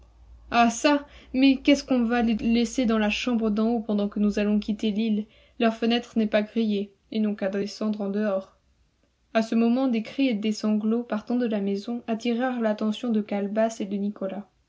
ah çà mais est-ce qu'on va les laisser dans la chambre d'en haut pendant que nous allons quitter l'île leur fenêtre n'est pas grillée ils n'ont qu'à descendre en dehors à ce moment des cris et des sanglots partant de la maison attirèrent l'attention de calebasse et de nicolas